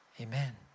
Amen